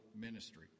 ministry